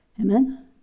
Amen